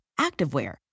activewear